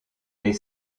les